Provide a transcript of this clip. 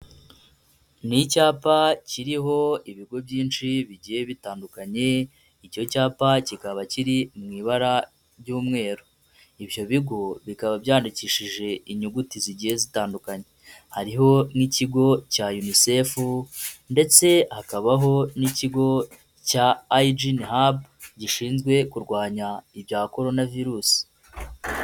Ni icyapa kiriho ibigo byinshi bigiye bitandukanye, icyo cyapa kikaba kiri mu ibara ry'umweru. Ibyo bigo bikaba byandikishije inyuguti zigiye zitandukanye. Hariho nk'ikigo cya UNICEF ndetse hakabaho n'ikigo cya Hayijine habu, gishinzwe kurwanya ibya korona virusi.